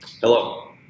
Hello